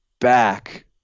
back